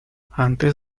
antes